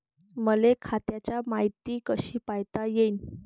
मले खात्याची मायती कशी पायता येईन?